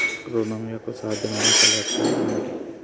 ఋణం యొక్క సాధ్యమైన కొలేటరల్స్ ఏమిటి?